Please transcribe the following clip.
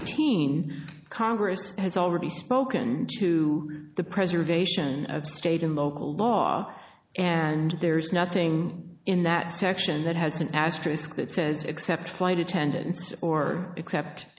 eighteen congress has already spoken to the preservation of state and local law and there is nothing in that section that has an asterisk that says except flight attendants or accept